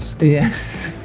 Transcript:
Yes